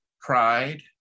pride